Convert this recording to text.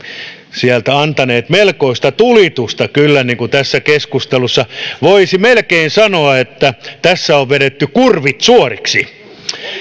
sieltä antaneet melkoista tulitusta kyllä tässä keskustelussa voisi melkein sanoa että tässä on vedetty kurvit suoriksi